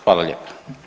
Hvala lijepa.